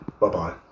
Bye-bye